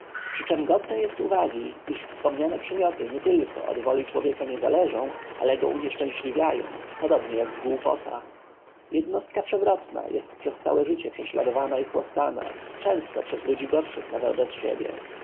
przyczem godne jest uwagi iż wspomniane przymioty nietylko od woli człowieka nie zależą ale go unieszczęśliwiają podobnie jak głupota jednostka przewrotna jest przez całe życie prześladowana i chłostana często przez ludzi gorszych nawet od siebie